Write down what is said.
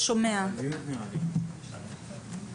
אנחנו שומעים פה לא מעט טיעונים,